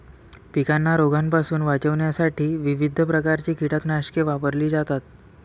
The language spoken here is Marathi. पिकांना रोगांपासून वाचवण्यासाठी विविध प्रकारची कीटकनाशके वापरली जातात